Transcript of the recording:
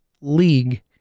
League